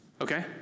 Okay